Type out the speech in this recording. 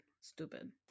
stupid